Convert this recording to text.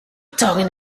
talking